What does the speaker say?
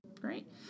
Great